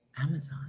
Amazon